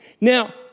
Now